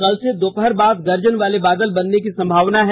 कल से दोपहर बाद गर्जन वाले बादल बनने की संभावना है